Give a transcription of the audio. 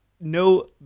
no